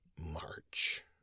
march